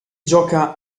gioca